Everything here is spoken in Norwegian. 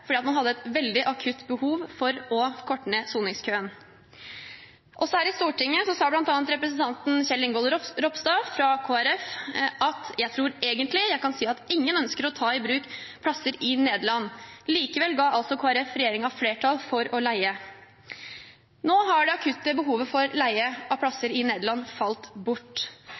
fordi man hadde et veldig akutt behov for å korte ned soningskøen. Her i Stortinget sa representanten Kjell Ingolf Ropstad, fra Kristelig Folkeparti, bl.a. at han trodde han egentlig kunne si at ingen ønsker å ta i bruk plasser i Nederland. Likevel var Kristelig Folkeparti med på å gi regjeringens forslag om å leie flertall. Nå har det akutte behovet for leie av plasser i Nederland falt bort.